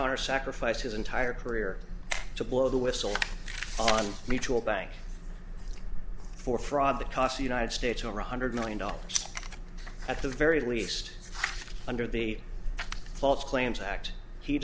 or sacrifice his entire career to blow the whistle on me to a bank for fraud that cost the united states or a hundred million dollars at the very least under the false claims act he